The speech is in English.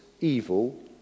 evil